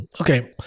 Okay